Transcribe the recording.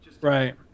Right